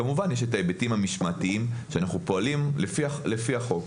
כמובן שיש את ההיבטים המשמעתיים ואנחנו פועלים לפי החוק.